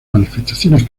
manifestaciones